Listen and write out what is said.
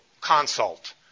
consult